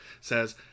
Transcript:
says